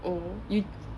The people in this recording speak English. oh you